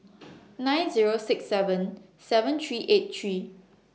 nine Zero six seven seven three eight three